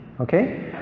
Okay